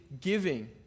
giving